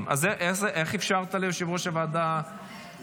בעד, אין מתנגדים.